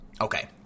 Okay